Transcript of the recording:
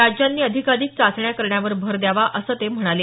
राज्यांनी अधिकाधिक चाचण्या करण्यावर भर द्यावा असं ते म्हणाले